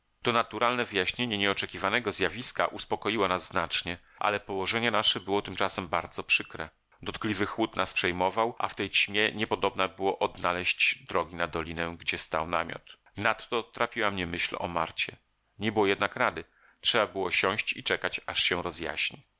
to naturalne wyjaśnienie nieoczekiwanego zjawiska uspokoiło nas znacznie ale położenie nasze było tymczasem bardzo przykre dotkliwy chłód nas przejmował a w tej ćmie niepodobna było odnaleść drogi na dolinę gdzie stał namiot nadto trapiła mnie myśl o marcie nie było jednak rady trzeba było siąść i czekać aż się rozjaśni